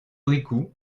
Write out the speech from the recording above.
bricout